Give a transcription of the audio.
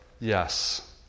yes